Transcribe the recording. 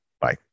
Bye